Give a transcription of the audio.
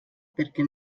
perquè